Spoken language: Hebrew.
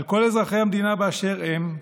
על כל אזרחי המדינה באשר הם,